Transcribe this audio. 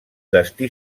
destí